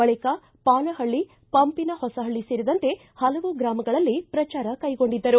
ಬಳಿಕ ಪಾಲಹಳ್ಳಿ ಪಂಪಿನ ಹೊಸಹಳ್ಳಿ ಸೇರಿದಂತೆ ಹಲವು ಗ್ರಾಮಗಳಲ್ಲಿ ಪ್ರಚಾರ ಕೈಗೊಂಡಿದ್ದರು